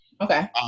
Okay